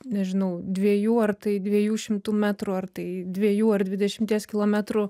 nežinau dviejų ar tai dviejų šimtų metrų ar tai dviejų ar dvidešimties kilometrų